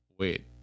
wait